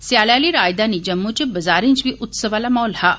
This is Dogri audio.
स्थालै आली राजधानी जम्मू च बजारे च बी उत्सव आला माहौल हा